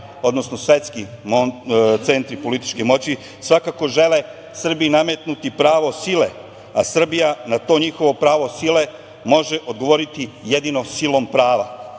odnosno svetski centri političkih moći, svakako žele Srbiji nametnuti pravo sile, a Srbija na to njihovo pravo sile može odgovoriti jedino silom prava